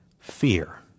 Fear